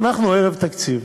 אנחנו ערב תקציב,